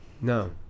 No